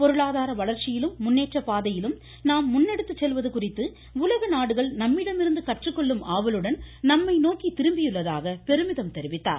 பொருளாதார வளர்ச்சியிலும் முன்னேற்றப் பாதையிலும் நாம் முன்னெடுத்து செல்வது குறித்து உலகநாடுகள் நம்மிடமிருந்து கற்றுக்கொள்ளும் ஆவலுடன் நம்மை நோக்கி திரும்பியுள்ளதாக அவர் பெருமிதம் தெரிவித்தார்